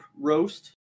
roast